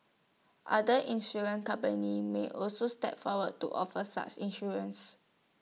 other insurance companies may also step forward to offer such insurance